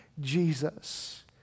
Jesus